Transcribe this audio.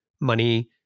money